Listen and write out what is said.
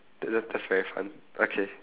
th~ that's very fun okay